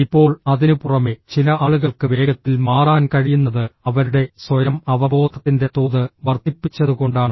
ഇപ്പോൾ അതിനുപുറമെ ചില ആളുകൾക്ക് വേഗത്തിൽ മാറാൻ കഴിയുന്നത് അവരുടെ സ്വയം അവബോധത്തിന്റെ തോത് വർദ്ധിപ്പിച്ചതുകൊണ്ടാണ്